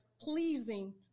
pleasing